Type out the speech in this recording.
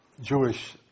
Jewish